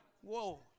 Whoa